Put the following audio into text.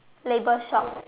label shop